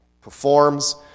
performs